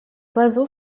oiseau